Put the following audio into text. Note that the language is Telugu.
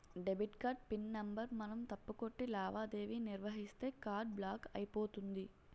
డెబిట్ కార్డ్ పిన్ నెంబర్ మనం తప్పు కొట్టి లావాదేవీ నిర్వహిస్తే కార్డు బ్లాక్ అయిపోతుంది